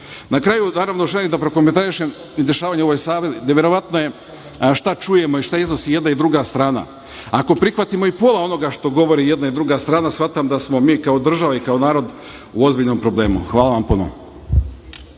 kraju, želim da prokomentarišem dešavanja u ovoj sali, neverovatno je šta čujemo i šta iznosi jedna i druga strana. Ako prihvatimo i pola onoga što govori i jedna i druga strana shvatam da smo mi kao država i kao narod u ozbiljnom problemu. Hvala vam puno.